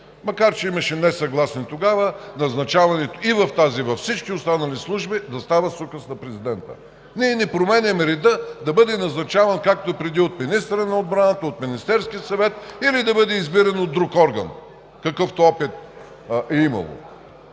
макар че имаше несъгласни тогава, назначаването и в тази, и във всички останали служби да става с указ на президента. Ние не променяме реда да бъде назначаван както преди от министъра на отбраната, от Министерския съвет или да бъде избиран от друг орган, какъвто опит е имало.